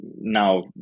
now